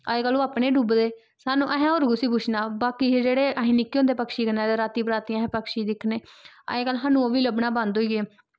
अजकल्ल ओह् अपने डुब्बे दे स्हानू असैं और कुस्सी पुच्छना बाकी हे जेह्ड़े असी निक्के होंदे पक्षी कन्नै ते राती बराती असैं पक्षी दिक्खने अजकल्ल सानू ओह् बी लब्भना बंद होई गे